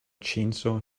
chainsaw